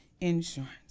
insurance